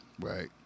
Right